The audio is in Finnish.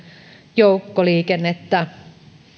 joukkoliikennettä